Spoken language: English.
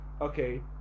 Okay